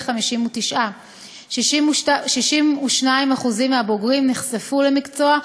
ל-59%; 62% מהבוגרים נחשפו למקצוע,